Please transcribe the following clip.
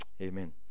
Amen